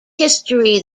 history